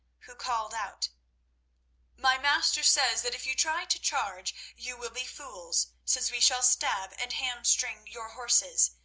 who called out my master says that if you try to charge, you will be fools, since we shall stab and ham-string your horses,